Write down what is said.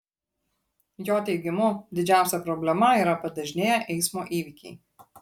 jo teigimu didžiausia problema yra padažnėję eismo įvykiai